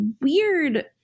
weird